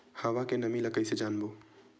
हवा के नमी ल कइसे जानबो?